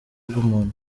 rw’umuntu